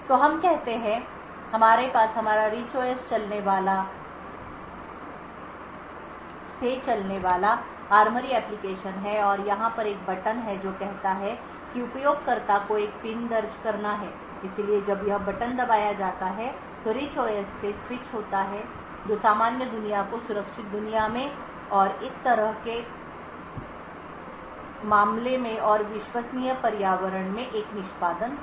तो हम कहते हैं कि हमारे पास हमारा रिच ओएस से चलने वाला ARMORY एप्लीकेशन है और यहाँ पर एक बटन है जो कहता है कि उपयोगकर्ता को एक पिन दर्ज करना है इसलिए जब यह बटन दबाया जाता है तो रिच ओएस से स्विच होता है जो सामान्य दुनिया को सुरक्षित दुनिया में और इस तरह के एक मामले में और विश्वसनीय पर्यावरण में एक निष्पादन होगा